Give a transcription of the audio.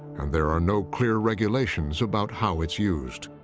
and there are no clear regulations about how it's used.